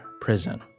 prison